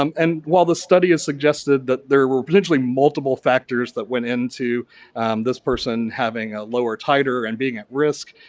um and while the study has suggested that there were potentially multiple factors that went into this person having a lower titer and being at risk.